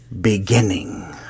beginning